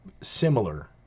similar